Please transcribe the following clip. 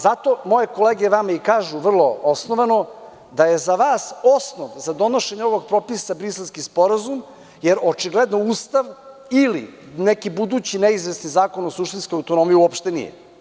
Zato, moje kolege vama i kažu vrlo osnovano da je za vas osnov za donošenje ovog propisa Briselski sporazum, jer očigledno Ustav, ili neki budući neizvesni zakon o suštinskoj autonomiji uopšte nije.